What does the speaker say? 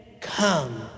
come